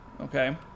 Okay